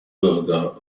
bürger